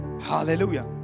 Hallelujah